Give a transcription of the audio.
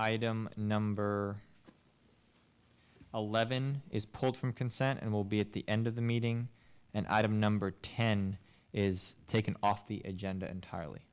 member a levin is pulled from consent and will be at the end of the meeting and item number ten is taken off the agenda entirely